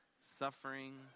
suffering